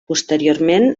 posteriorment